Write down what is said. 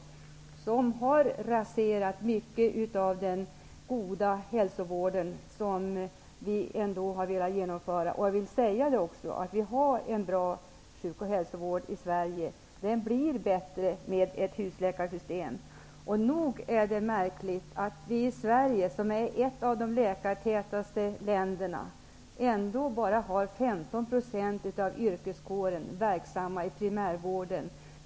Därigenom har mycket raserats i fråga om de program för den goda hälsovård som vi har velat genomföra. Svensk sjuk och hälsovård är bra, och den blir ännu bättre med ett husläkarsystem. Nog är det märkligt att det i Sverige, ett av de läkartätaste länderna, bara är 15 % av yrkeskåren som är verksam inom primärvården.